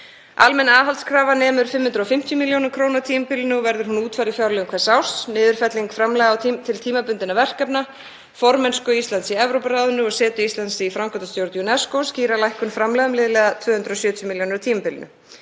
Almenn aðhaldskrafa nemur 550 millj. kr. á tímabilinu og verður hún útfærð í fjárlögum hvers árs. Niðurfelling framlaga til tímabundinna verkefna, formennsku Íslands í Evrópuráðinu og setu Íslands í framkvæmdastjórn UNESCO, skýrir lækkun framlaga um liðlega 270 milljónir á tímabilinu.